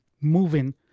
moving